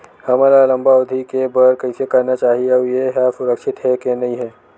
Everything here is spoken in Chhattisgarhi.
हमन ला लंबा अवधि के बर कइसे करना चाही अउ ये हा सुरक्षित हे के नई हे?